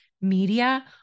media